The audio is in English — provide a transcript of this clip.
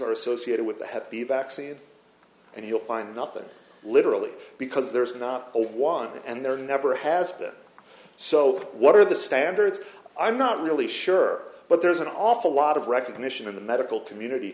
are associated with a hep b vaccine and you'll find nothing literally because there's not a one and there never has been so what are the standards i'm not really sure but there's an awful lot of recognition in the medical community